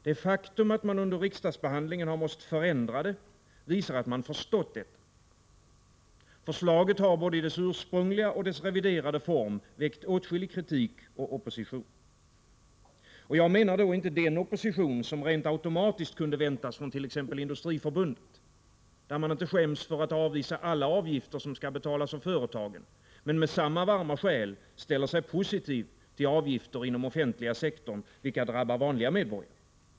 Det faktum att det under riksdagsbehandlingen har varit nödvändigt att förändra det visar, att man har förstått detta. Förslaget har både i sin ursprungliga och i sin reviderade form väckt åtskillig kritik och opposition. Jag menar då inte den opposition som rent automatiskt kunde väntas från t.ex. Industriförbundet, där man inte skäms för att avvisa alla avgifter som skall betalas av företagen men med samma varma själ ställer sig positiva till avgifter inom offentliga sektorn, vilka drabbar vanliga medborgare.